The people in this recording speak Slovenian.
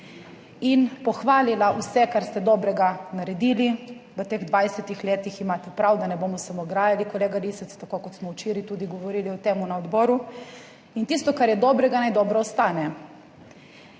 in pohvalila vse kar ste dobrega naredili v teh 20. letih, imate prav, da ne bomo samo grajali, kolega Lisec, tako kot smo včeraj tudi govorili o tem na odboru, in tisto kar je dobrega, naj dobro ostane.